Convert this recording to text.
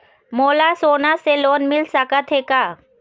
मोला सोना से लोन मिल सकत हे का?